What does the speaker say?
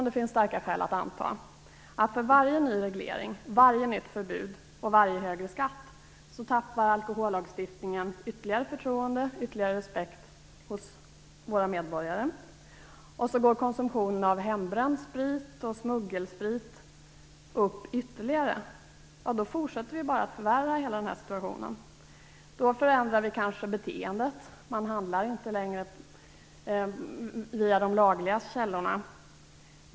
Det finns starka skäl att anta att för varje ny reglering, varje nytt förbud och varje högre skatt tappar alkohollagstiftningen ytterligare förtroende och respekt bland våra medborgare. Konsumtionen av hembränd sprit och smuggelsprit går ytterligare upp. Därmed fortsätter vi att förvärra situationen. Vi förändrar då kanske beteendet. Man handlar inte längre via lagliga källor.